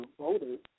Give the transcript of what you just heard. voters